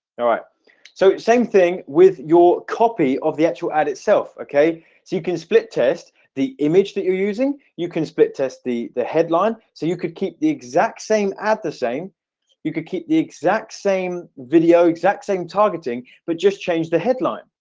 all right so same thing with your copy of the actual ad itself okay? so you can split test the image that you're using you can split test the the headline so you could keep the exact same ad the same you could keep the exact same video exact same targeting but just change the headline,